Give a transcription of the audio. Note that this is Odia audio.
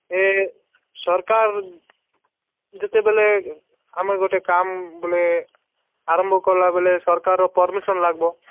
ଏ ସରକାର ଯେତେବେଳେ ଆମେ ଗୋଟେ କାମ ବୋଲେ ସରକାରର ପରମିଶନ୍ ଲାଗିବ